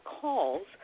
calls